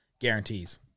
guarantees